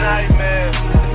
Nightmare